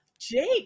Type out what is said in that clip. jake